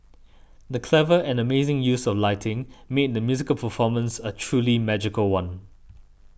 the clever and amazing use of lighting made the musical performance a truly magical one